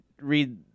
read